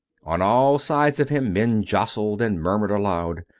on all sides of him men jostled and murmured aloud.